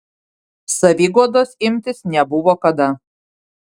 saviguodos imtis nebuvo kada